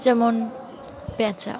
যেমন পেঁচা